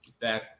Back